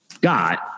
got